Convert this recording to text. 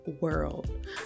world